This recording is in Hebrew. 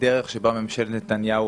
דרך שבה ממשלת נתניהו